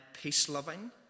peace-loving